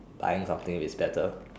buying something if it is better